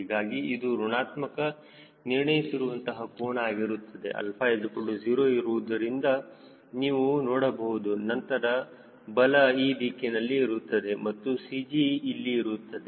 ಹೀಗಾಗಿ ಇದು ಋಣಾತ್ಮಕ ನಿರ್ಣಯಿಸಿರುವಂತಹ ಕೋನ ಆಗಿರುತ್ತದೆ 𝛼 0 ಇರುವುದನ್ನು ನೀವು ನೋಡಬಹುದು ನಂತರ ಬಲ ಈ ದಿಕ್ಕಿನಲ್ಲಿ ಇರುತ್ತದೆ ಮತ್ತು CG ಇಲ್ಲಿ ಇರುತ್ತದೆ